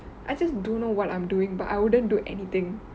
I just don't know what I'm doing but I wouldn't do anything